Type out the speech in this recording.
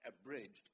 abridged